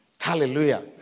Hallelujah